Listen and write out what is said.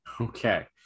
Okay